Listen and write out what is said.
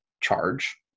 charge